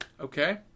Okay